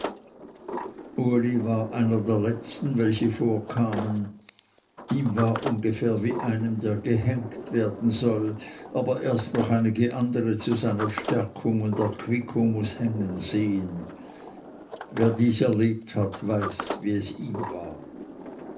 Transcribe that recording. einer der letzten welche vorkamen ihm war ungefähr wie einem der gehängt werden soll aber erst noch einige andere zu seiner stärkung und erquickung muß hängen sehen wer dies erlebt hat weiß wie es ihm war